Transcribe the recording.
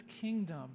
kingdom